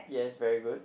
yes very good